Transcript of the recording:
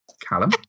Callum